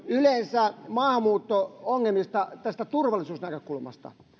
yleensä maahanmuutto ongelmista tästä turvallisuusnäkökulmasta